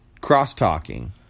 cross-talking